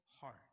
heart